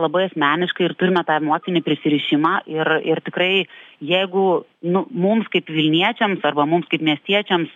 labai asmeniškai ir turime tą emocinį prisirišimą ir ir tikrai jeigu nu mums kaip vilniečiams arba mums kaip miestiečiams